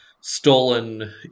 stolen